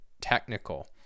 technical